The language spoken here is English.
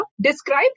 describe